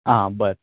आं बरें